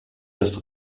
das